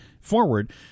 forward